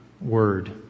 Word